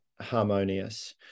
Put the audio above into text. harmonious